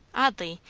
oddly,